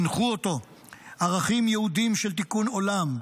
הנחו אותו ערכים יהודיים של תיקון עולם,